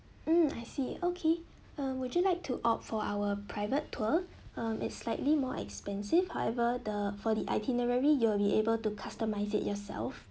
mm I see okay uh would you like to opt for our private tour um it's slightly more expensive however the for the itinerary you will be able to customize it yourself